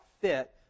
fit